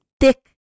thick